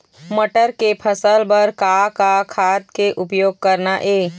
मटर के फसल बर का का खाद के उपयोग करना ये?